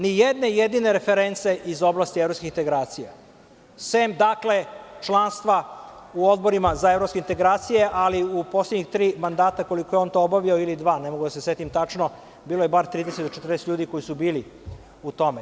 Ni jedne jedine reference iz oblasti evropskih integracija, osim članstva u odborima za evropske integracije, ali u poslednjih tri mandata koliko je on to obavio ili dva, ne mogu da se setim tačno, bilo je bar 30 do 40 ljudi koji su bili u tome.